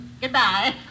Goodbye